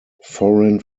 foreign